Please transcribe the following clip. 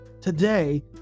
today